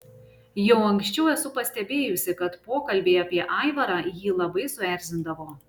jau anksčiau esu pastebėjusi kad pokalbiai apie aivarą jį labai suerzindavo